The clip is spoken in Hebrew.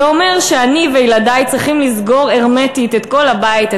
זה אומר שאני וילדי צריכים לסגור הרמטית את כל הבית,